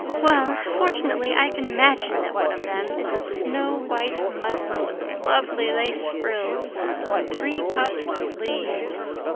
well, fortunately i can imagine that one of them is of snow-white muslin with lovely lace frills and three-puffed sleeves.